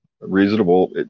reasonable